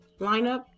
lineup